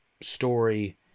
story